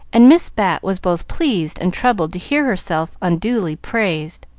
and miss bat was both pleased and troubled to hear herself unduly praised.